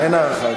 אין הארכה יותר.